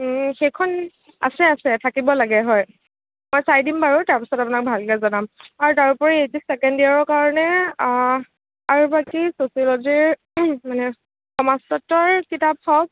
সেইখন আছে আছে থাকিব লাগে হয় মই চাই দিম বাৰু তাৰপাছত আপোনাক ভালকৈ জনাম আৰু তাৰোপৰি এইছ এছ ছেকেণ্ড ইয়েৰৰ কাৰণে আৰু বাকী ছচিয়লজিৰ মানে সমাজতত্বৰ কিতাপ হওক